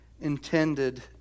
intended